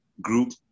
group